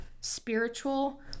spiritual